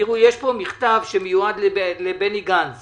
תראו, יש פה מכתב שמיועד לבני גנץ